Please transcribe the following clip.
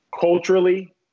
culturally